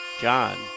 John